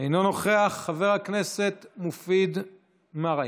אינו נוכח, חבר הכנסת מופיד מרעי,